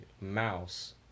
mouse